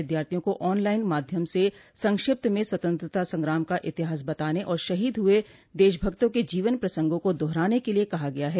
विद्यार्थियों को online माध्यम से संक्षिप्त म स्वतंत्रता संग्राम का इतिहास बताने और शहीद हुए देशभक्तों के जीवन प्रसंगों को दोहराने के लिए कहा गया है